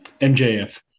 mjf